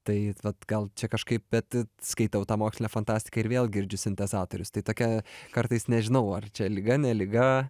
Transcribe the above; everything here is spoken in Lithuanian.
tai vat gal čia kažkaip bet skaitau tą mokslinę fantastiką ir vėl girdžiu sintezatorius tai tokia kartais nežinau ar čia liga ne liga